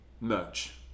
merch